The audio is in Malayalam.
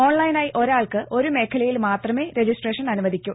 ഓൺലൈനായി ഒരാൾക്ക് ഒരു മേഖലയിൽ മാത്രമേ രജിസ്ട്രേഷൻ അനുവദിക്കൂ